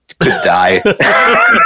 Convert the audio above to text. die